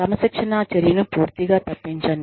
క్రమశిక్షణా చర్యను పూర్తిగా తప్పించండి